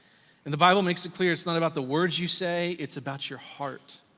and the bible makes it clear, it's not about the words you say, it's about your heart.